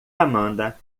amanda